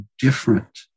different